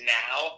now